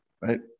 right